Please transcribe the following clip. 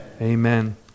amen